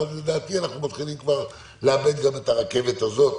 לדעתי אנחנו כבר מתחילים לאבד גם את הרכבת הזאת,